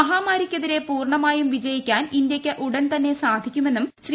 മഹാമാരിക്കെതിരെ പൂർണമായും വിജയിക്കാൻ ഇന്തൃയ്ക്ക് ഉടൻ തന്നെ സാധിക്കുമെന്നും ശ്രീ